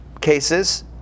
cases